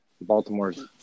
Baltimore's